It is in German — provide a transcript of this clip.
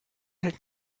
hält